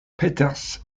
peters